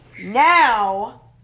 Now